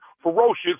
ferocious